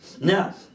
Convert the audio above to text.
Now